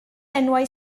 enwau